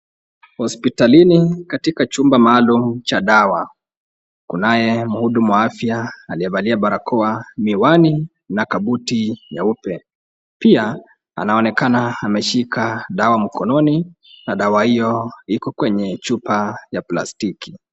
Hospitalini katika chumba maalum cha dawa. Kunaye mhudumu wa afya aliye valia barako, miwani na kabuti nyeupe. Pia anaonekana ameshika dawa mkononi na dawa hiyo iko kwenye chupa ya plastiki.